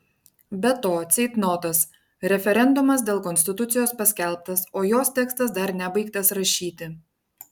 be to ceitnotas referendumas dėl konstitucijos paskelbtas o jos tekstas dar nebaigtas rašyti